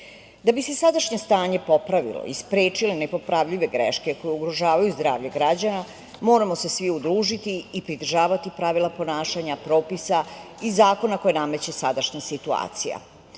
bi se sadašnje stanje popravilo i sprečile nepopravljive greške koje ugrožavaju zdravlje građana, moramo se svi udružiti i pridržavati pravila ponašanja, propisa i zakona koje nameće sadašnja situacija. Primena